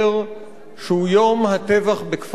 שהוא יום הטבח בכפר-קאסם.